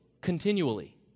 continually